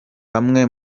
bamwe